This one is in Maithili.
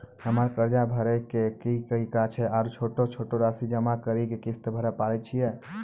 हमरा कर्ज भरे के की तरीका छै आरू छोटो छोटो रासि जमा करि के किस्त भरे पारे छियै?